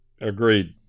Agreed